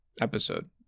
episode